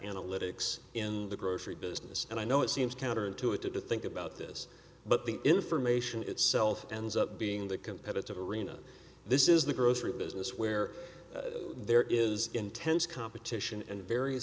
analytics in the grocery business and i know it seems counter intuitive to think about this but the information itself ends up being the competitive arena this is the grocery business where there is intense competition and very